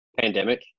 pandemic